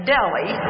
Delhi